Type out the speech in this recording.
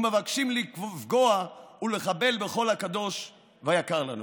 ומבקשים לפגוע ולחבל בכל הקדוש והיקר לנו.